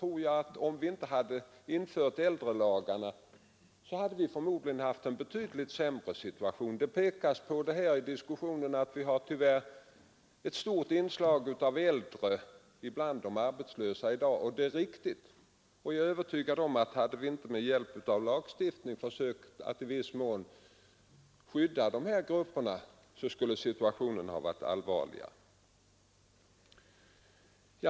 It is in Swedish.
Om vi inte hade infört äldrelagarna, hade vi förmodligen befunnit oss i en betydligt sämre situation. Det har påpekats i diskussionen att vi i dag tyvärr har ett stort inslag av äldre människor bland de arbetslösa. Det är riktigt. Jag är övertygad om att hade vi inte med hjälp av lagstiftning försökt att i viss mån skydda dessa grupper, så skulle situationen ha varit allvarligare.